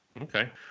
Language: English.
okay